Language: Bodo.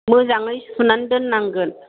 मोजाङै सुनानै दोननांगोन